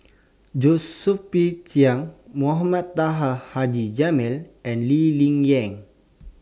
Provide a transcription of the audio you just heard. Josephine Chia Mohamed Taha Haji Jamil and Lee Ling Yen